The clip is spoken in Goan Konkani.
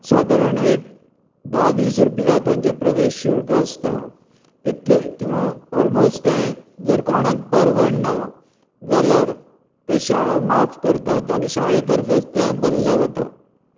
सादारण एक धा वीस रुपया तांचे प्रवेश शुल्क आसता तितलें किंवा ऑलमोस्ट तें जर कोणाक परवडना जाल्यार ते शाळा माफ करतात आनी शाळे तर्फेच ते भरलें वता